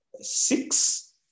Six